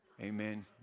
Amen